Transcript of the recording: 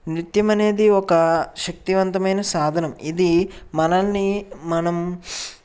నృత్యం అనేది ఒక శక్తివంతమైన సాధనం ఇది మనల్ని మనం